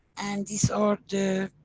and these are the